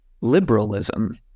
liberalism